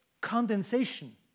condensation